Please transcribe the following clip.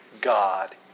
God